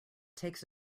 takes